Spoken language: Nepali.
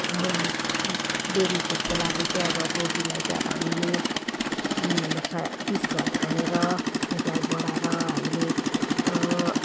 बेबी सुटको लागि चाहिँ अब टोपीलाई चाहिँ अब हामीले स तिस घर छानेर त्यसलाई बढाएर हामीले